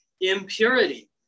impurity